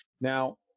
Now